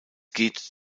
geht